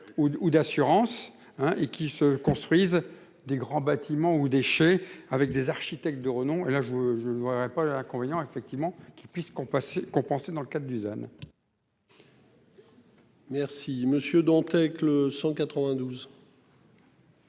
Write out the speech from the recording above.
Ou d'assurance hein et qui se construisent des grands bâtiments ou déchets avec des architectes de renom et là je je vois pas le, l'inconvénient effectivement qu'il puisse compatie compenser dans le cadre Dusan. Merci Monsieur Dantec le 192.